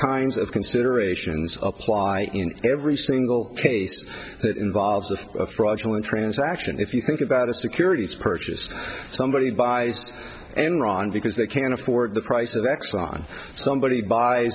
kinds of considerations apply in every single case that involves of a fraudulent transaction if you think about a securities purchase somebody buys enron because they can't afford the price of exxon somebody b